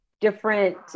different